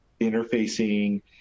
interfacing